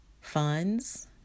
funds